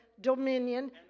dominion